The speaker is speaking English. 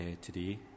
today